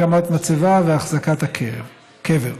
הקמת מצבה ואחזקת הקבר.